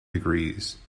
degrees